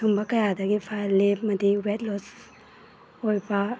ꯁꯤꯒꯨꯝꯕ ꯀꯌꯥꯗꯒꯤ ꯐꯍꯜꯂꯤ ꯑꯃꯗꯤ ꯋꯦꯠ ꯂꯣꯁ ꯑꯣꯏꯕ